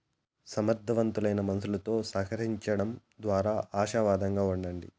సమర్థులైన మనుసులుతో సహకరించడం దోరా ఆశావాదంగా ఉండండి